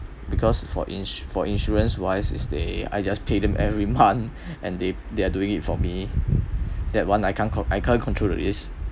because for insu~ for insurance wise is I just pay them every month and they they are doing it for me that one I can't I can't control the risk